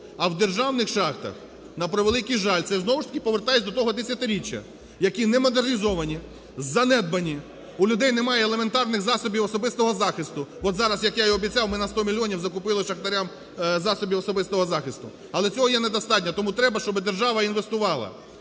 а в державних шахтах, на превеликий жаль, це, знову ж таки, повертаюсь до того десятиріччя, які немодернізовані, занедбані, у людей немає елементарних засобів особистого захисту. От зараз, як я і обіцяв, ми на 100 мільйонів закупили шахтарям засоби особистого захисту. Але цього є недостатньо, тому треба, щоб держава інвестувала